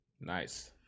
nice